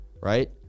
right